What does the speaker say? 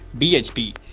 BHP